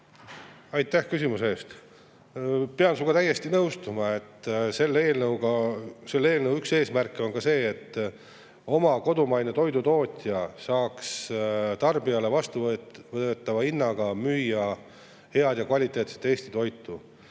Aitäh küsimuse eest! Pean sinuga täiesti nõustuma, et selle eelnõu üks eesmärk on see, et kodumaine toidutootja saaks tarbijale vastuvõetava hinnaga müüa head ja kvaliteetset Eesti toitu.